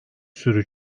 sürü